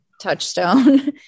touchstone